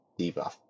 debuff